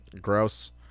gross